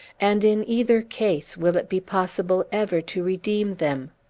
and, in either case, will it be possible ever to redeem them?